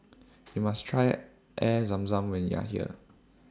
YOU must Try Air Zam Zam when YOU Are here